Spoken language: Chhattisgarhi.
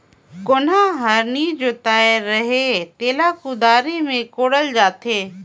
कोनहा हर नी जोताए रहें तेला कुदारी मे कोड़ल जाथे